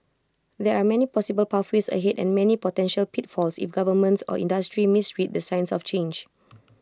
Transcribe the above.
there are many possible pathways ahead and many potential pitfalls if governments or industry misread the signs of change